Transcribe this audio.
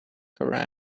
koran